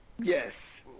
Yes